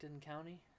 County